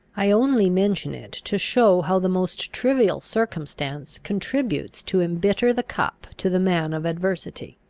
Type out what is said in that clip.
i only mention it to show how the most trivial circumstance contributes to embitter the cup to the man of adversity.